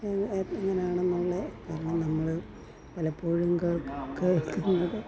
എങ്ങനെ എങ്ങനാണെന്നുള്ള കാരണം നമ്മൾ പലപ്പോഴും കേൾക്കുന്നത്